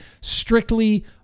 strictly